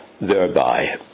thereby